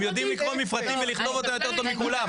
הם יודעים לקרוא מפרטים ולכתוב אותם יותר טוב מכולם.